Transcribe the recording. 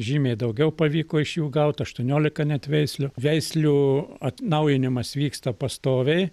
žymiai daugiau pavyko iš jų gaut aštuoniolika net veislių veislių atnaujinimas vyksta pastoviai